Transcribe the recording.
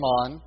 on